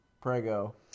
prego